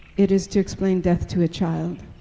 it is to explain death to a child,